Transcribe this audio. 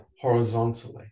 horizontally